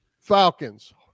Falcons